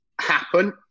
happen